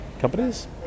companies